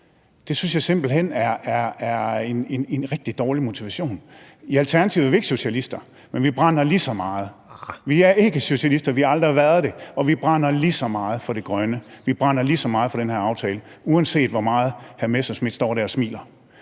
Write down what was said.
så synes jeg simpelt hen, det er en rigtig dårlig motivation. I Alternativet er vi ikke socialister, men vi brænder lige så meget ... (Morten Messerschmidt (DF): Arh). Vi er ikke socialister, vi har aldrig været det, og vi brænder lige så meget for det grønne, vi brænder lige så meget for den her aftale, uanset hvor meget hr. Morten Messerschmidt står der og smiler.